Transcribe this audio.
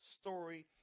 story